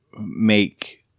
make